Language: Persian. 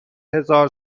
هزار